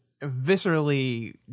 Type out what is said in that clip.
viscerally